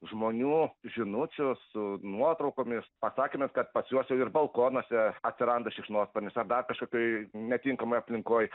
žmonių žinučių su nuotraukomis pasakymais kad pas juos jau ir balkonuose atsiranda šikšnosparnis ar dar kažkokioj netinkamoj aplinkoj